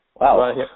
Wow